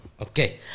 Okay